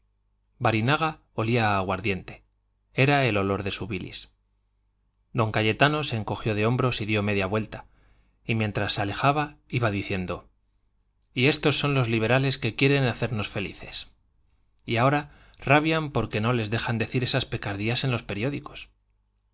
barinaga olía a aguardiente era el olor de su bilis don cayetano se encogió de hombros y dio media vuelta y mientras se alejaba iba diciendo y estos son los liberales que quieren hacemos felices y ahora rabian porque no les dejan decir esas picardías en los periódicos